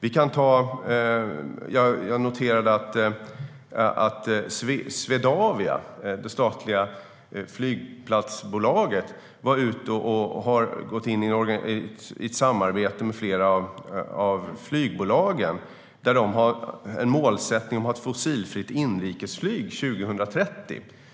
Jag noterade också att Swedavia, det statliga flygplatsbolaget, har ingått ett samarbete med flera av flygbolagen. De har en målsättning om ett fossilfritt inrikesflyg 2030.